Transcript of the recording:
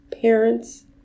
parents